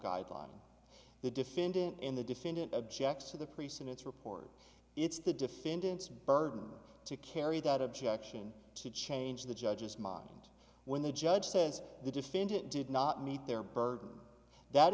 guideline the defendant in the defendant objects to the police in its report it's the defendant's burden to carry that objection to change the judge's mind when the judge says the defendant did not meet their burden that